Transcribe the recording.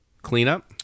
Cleanup